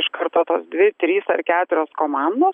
iš karto tos dvi trys ar keturios komandos